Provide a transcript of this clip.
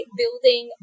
building